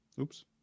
oops